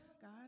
God